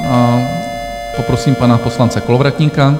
Poprosím pana poslance Kolovratníka.